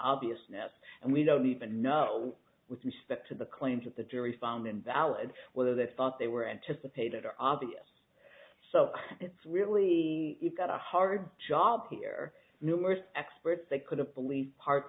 obviousness and we don't even know with respect to the claims that the jury found invalid whether they thought they were anticipated or obvious so it's really got a hard job here numerous experts they couldn't believe parts